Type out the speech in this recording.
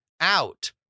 out